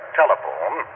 telephone